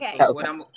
Okay